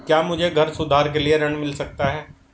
क्या मुझे घर सुधार के लिए ऋण मिल सकता है?